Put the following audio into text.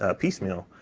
ah piecemeal,